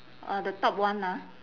orh the top one ah